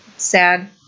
Sad